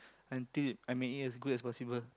until I made it as good as possible